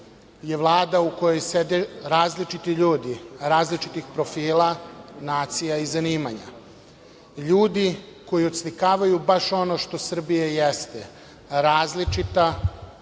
je Vlada u kojoj sede različiti ljudi različitih profila, nacija i zanimanja, ljudi koji odslikavaju baš ono što Srbija jeste - različita